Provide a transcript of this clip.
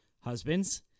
Husbands